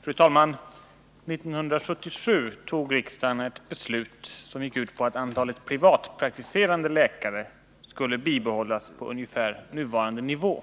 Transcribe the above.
Fru talman! År 1977 fattade riksdagen ett beslut som gick ut på att antalet privatpraktiserande läkare skulle bibehållas på ungefär nuvarande nivå.